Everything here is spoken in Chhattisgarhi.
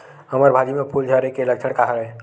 हमर भाजी म फूल झारे के लक्षण का हरय?